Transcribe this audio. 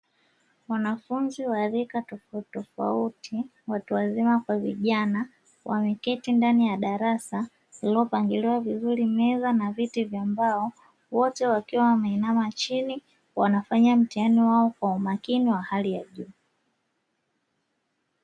Wanafunzi wa rika tofauti tofauti watu wazima kwa vijana wameketi ndani ya darasa, lililopangiliwa vizuri meza na viti vya mbao, wote wakiwa wameinama chini, wanafanya mtihani wao kwa umakini wa hali ya juu.